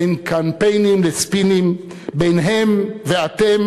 בין קמפיינים לספינים, בין "הם" ל"אתם"